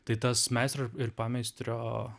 tai tas meistro ir ir pameistrio